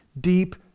deep